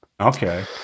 Okay